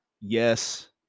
Yes